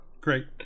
Great